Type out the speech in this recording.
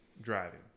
driving